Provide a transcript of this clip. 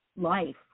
life